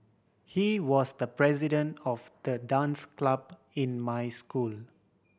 he was the president of the dance club in my school